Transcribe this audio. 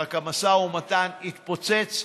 אלא שהמשא ומתן התפוצץ.